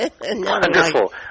Wonderful